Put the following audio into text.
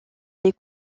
des